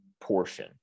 portion